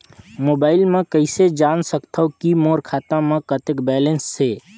Mobile म कइसे जान सकथव कि मोर खाता म कतेक बैलेंस से?